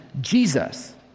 Jesus